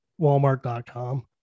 Walmart.com